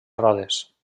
rodes